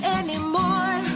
anymore